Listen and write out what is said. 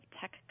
tech